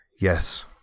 Yes